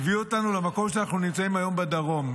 הביאו אותנו למקום שבו אנחנו נמצאים היום בדרום.